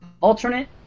Alternate